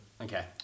Okay